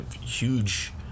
huge